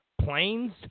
planes